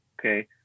okay